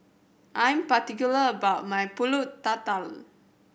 I am particular about my Pulut Tatal